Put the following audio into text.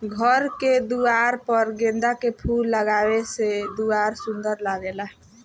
घर के दुआर पर गेंदा के फूल लगावे से दुआर सुंदर लागेला